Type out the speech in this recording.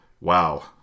wow